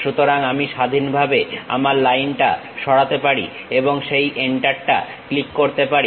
সুতরাং আমি স্বাধীনভাবে আমার লাইনটা সরাতে পারি এবং সেই এন্টারটা ক্লিক করতে পারি